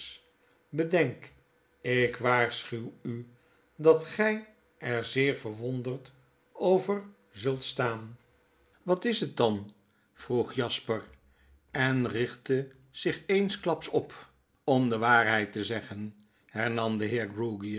bedenk ik waarschuwudatgg er zeer verwonderd over zuit staan wat is het dan vroeg jasper en richtte zich eensklaps op om de waarheid te zeggen hernam de